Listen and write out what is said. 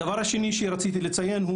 הדבר השני שרציתי לציין,